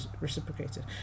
reciprocated